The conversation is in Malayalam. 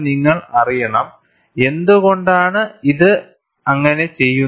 നിങ്ങൾ അറിയണം എന്തുകൊണ്ടാണ് ഇത് അങ്ങനെ ചെയ്യുന്നത്